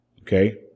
Okay